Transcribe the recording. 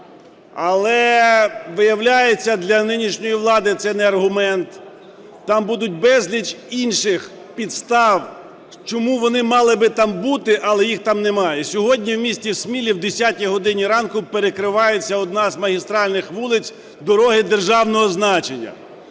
Але, виявляється, для нинішньої влади це не аргумент. Там будуть безліч інших підстав, чому вони мали би там бути, але їх там немає. Сьогодні в місті Смілі о 10 годині ранку перекривається одна з магістральних вулиць дороги державного значення.